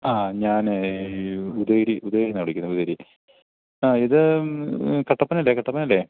ആ ഞാൻ ഉദയഗിരി ഉദയഗിരിയിൽ നിന്നാണ് വിളിക്കുന്നത് ഉദയഗിരി ഇത് കട്ടപ്പന അല്ലെ കട്ടപ്പന അല്ലെ